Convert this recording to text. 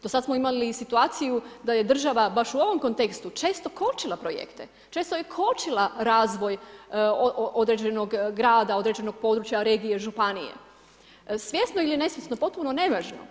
Do sada smo imali i situaciju da je država baš u ovom kontekstu često kočila projekte, često je kočila razvoj određenog grada, određenog područja, regije, županije svjesno ili nesvjesno potpuno nevažno.